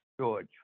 George